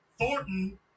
Thornton